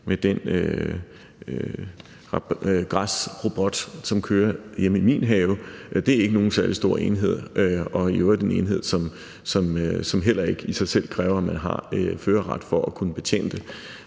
på gangene på hospitalerne. De kan så ikke kørekke nogen særlig stor enhed, og det er i øvrigt en enhed, som heller ikke i sig selv kræver, at man har førerret for at kunne betjene